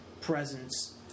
presence